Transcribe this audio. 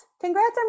Congrats